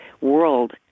world